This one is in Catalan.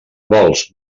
vols